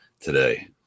today